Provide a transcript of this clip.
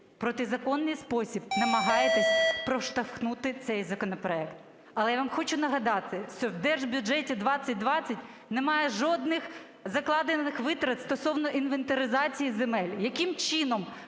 протизаконний спосіб намагаєтесь проштовхнути цей законопроект. Але я вам хочу нагадати, що в держбюджеті 2020 немає жодних закладених витрат стосовно інвентаризації земель, яким чином